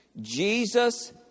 Jesus